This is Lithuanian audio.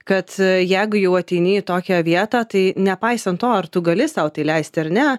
kad jegu jau ateini į tokią vietą tai nepaisant to ar tu gali sau tai leisti ar ne